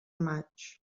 maig